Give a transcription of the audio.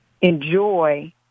enjoy